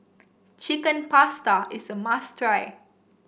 Chicken Pasta is a must try